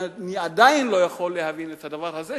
ואני עדיין לא יכול להבין את הדבר הזה,